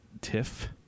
TIFF